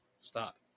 stop